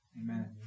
Amen